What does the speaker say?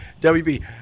WB